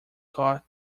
got